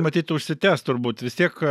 matyt užsitęs turbūt vis tiek